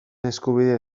eskubide